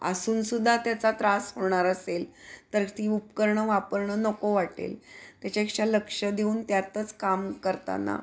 असून सुद्धा त्याचा त्रास होणार असेल तर ती उपकरणं वापरणं नको वाटेल त्याच्यापेक्षा लक्ष देऊन त्यातच काम करताना